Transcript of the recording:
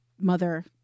mother